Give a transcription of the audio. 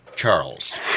Charles